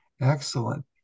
Excellent